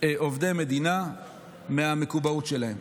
עובדי מדינה מהמקובעות שלהם.